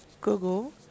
google